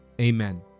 Amen